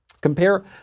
Compare